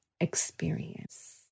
experience